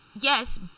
yes